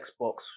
Xbox